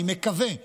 אני מקווה שבהמשך,